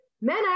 men